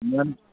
نہ